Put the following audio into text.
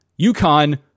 UConn